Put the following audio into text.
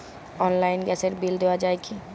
অনলাইনে গ্যাসের বিল দেওয়া যায় কি?